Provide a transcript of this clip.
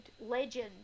legend